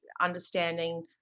understanding